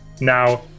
Now